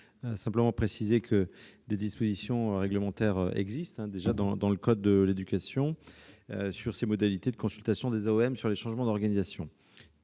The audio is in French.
? Je précise que des dispositions réglementaires existent déjà dans le code de l'éducation sur les modalités de consultation des AOM quant aux changements d'organisation,